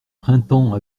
printemps